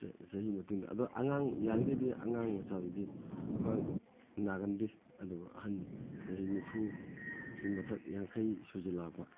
ꯆꯍꯤ ꯃꯇꯨꯡ ꯏꯟꯅ ꯑꯗꯣ ꯑꯉꯥꯡ ꯌꯥꯔꯤꯒꯩꯗꯤ ꯑꯉꯥꯡ ꯃꯆꯥꯗꯗꯤ ꯈ꯭ꯋꯥꯡ ꯅꯥꯒꯟꯗꯦ ꯑꯗꯨꯕꯨ ꯑꯍꯟ ꯆꯍꯤ ꯅꯤꯐꯨ ꯒꯤ ꯃꯊꯛ ꯌꯥꯡꯈꯩ ꯁꯨꯖꯤꯜꯂꯛꯑꯕ